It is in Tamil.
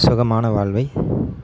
சுகமான வாழ்வை